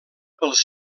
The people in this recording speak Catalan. pels